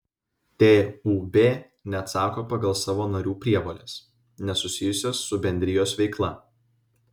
tūb neatsako pagal savo narių prievoles nesusijusias su bendrijos veikla